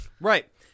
Right